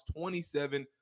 27